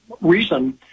reason